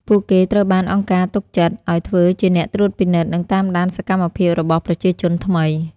ពួកគេត្រូវបានអង្គការទុកចិត្តឱ្យធ្វើជាអ្នកត្រួតពិនិត្យ និងតាមដានសកម្មភាពរបស់ប្រជាជនថ្មី។